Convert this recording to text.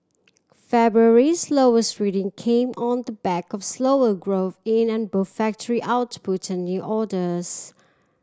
February's lowers reading came on the back of slower growth in an both factory output and new orders